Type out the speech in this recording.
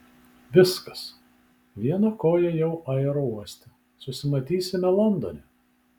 viskas viena koja jau aerouoste susimatysime londone